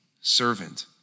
servant